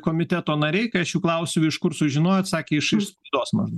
komiteto nariai kai aš jų klausiu iš kur sužinojo atsakė iš spaudos maždaug